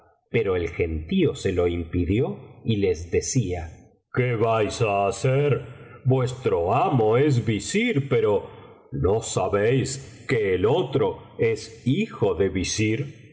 pero el gentío se lo impidió y les decía qué vais á hacer vuestro amo es visir pero no sabéis que el otro es hijo de visir